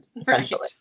essentially